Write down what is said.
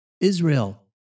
Israel